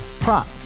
Prop